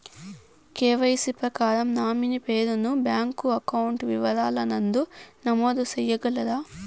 KYC ప్రకారం nominee పేరు ను బ్యాంకు అకౌంట్ వివరాల నందు నమోదు సేయగలరా?